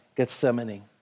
Gethsemane